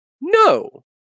No